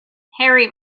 harry